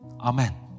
Amen